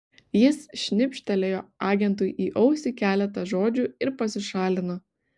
jis šnibžtelėjo agentui į ausį keletą žodžių ir pasišalino